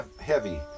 heavy